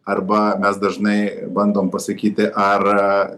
arba mes dažnai bandom pasakyti ar